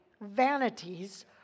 vanities